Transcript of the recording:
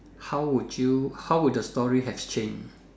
how would you how would the story have changed